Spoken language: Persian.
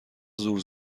زور